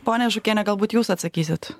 ponia žukiene galbūt jūs atsakysit